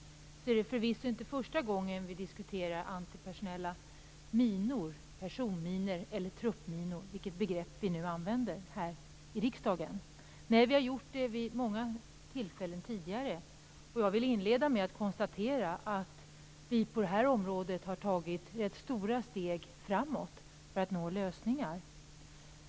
Det är förvisso inte första gången vi diskuterar antipersonella minor, personminor eller truppminor - vilket begrepp vi nu använder - här i riksdagen. Det har vi gjort tidigare vid många tillfällen. Jag vill inleda med att konstatera att vi på det här området har tagit stora steg framåt för att nå lösningar.